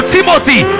Timothy